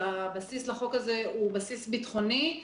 כאשר הבסיס לו הוא בסיס ביטחוני.